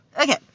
Okay